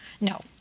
no